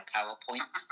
PowerPoint